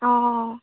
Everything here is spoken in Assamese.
অঁ